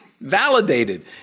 validated